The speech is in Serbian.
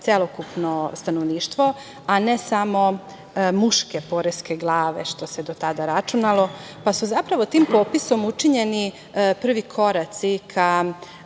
celokupno stanovništva, a ne samo muške poreske glave što se do tada računalo, pa su zapravo tim popisom učinjeni prvi koraci ka